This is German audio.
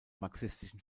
marxistischen